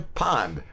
pond